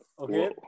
Okay